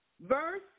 Verse